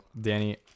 Danny